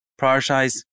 prioritize